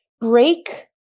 break